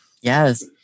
Yes